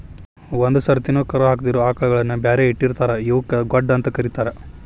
ಒಂದ್ ಸರ್ತಿನು ಕರಾ ಹಾಕಿದಿರೋ ಆಕಳಗಳನ್ನ ಬ್ಯಾರೆ ಇಟ್ಟಿರ್ತಾರ ಇವಕ್ಕ್ ಗೊಡ್ಡ ಅಂತ ಕರೇತಾರ